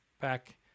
back